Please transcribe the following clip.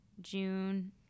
June